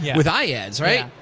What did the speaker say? with iads, right?